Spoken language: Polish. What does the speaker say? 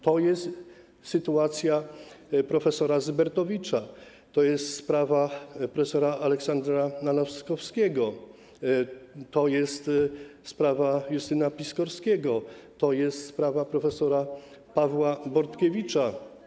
To jest sytuacja prof. Zybertowicza, to jest sprawa prof. Aleksandra Nalaskowskiego, to jest sprawa Justyna Piskorskiego, to jest sprawa prof. Pawła Bortkiewicza.